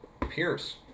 Pierce